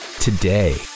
today